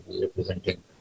representing